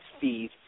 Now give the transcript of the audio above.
fees